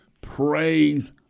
praise